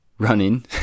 running